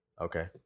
Okay